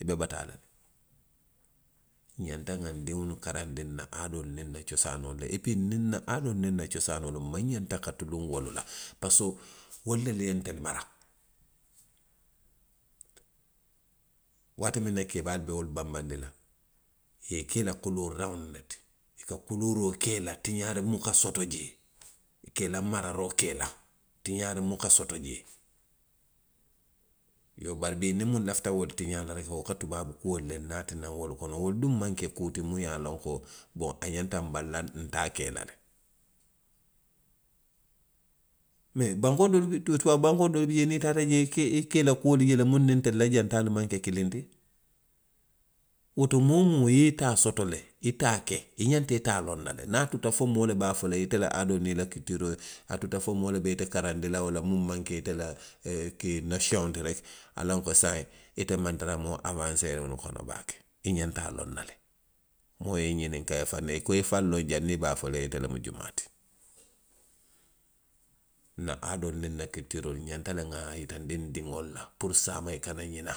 I be bataa la. nňanta nŋa diŋolu karanndi nna aadoolu niŋ nna cosaanoolu la. Epii nniŋ nna aadoolu nniŋ nna coosaanoolu, nmaŋ ňanta ka tuluŋ ka tuluŋ wolu la. parisiko. wolu le ye ntelu mara waati miŋ na keebaalu be wolu banbanndi la, i ye i ke i la kuluuraŋolu le ti, i ka kuluuroo ke i la, tiňaari buka soto jee, i ka mararoo ke i la, tiňaari buka soto jee. Iyoo barii bii niŋ muŋ lafita wolu tiňaa la reki, wo ka tubaabu kuolu le naati naŋ wolu kono. wolu duŋ maŋ kuu ti, muŋ ye a loŋ ko boŋ, a ňanta nbali la ntaa ke la le. Mee bankoo doolu, tubaabu bankoo doolu bi, niŋ i taata jee, i ka i, i ka i la kuolu je le muŋ niŋ ntelu jaŋ taalu maŋ ke kiliŋ ti. Woto moo woo moo i ye i taa soto le. i taa ke, i xanta i taa loŋ na le. Niŋ a tuta fo moo le be a fo i ye ite la aadoo niŋ i la kilitiiroo, a tuta fo moo le be ite karanndi la wo la muŋ maŋ ke ite la ee nasiyoŋo ti, a loŋ ko saayiŋ ite maŋ tara moo awaanseeriŋolu kono baake. I xanta a loŋ na le. Moo ye i ňininkaa i faŋ na, i ko i faŋ loŋ janniŋ i be a fo la ite lemu jumaa tii. Nna aadoo niŋ nna kilitiiroo, ňanta le nŋa a yitandi ndiŋolu la puru saama i kana ňina.